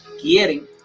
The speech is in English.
Quieren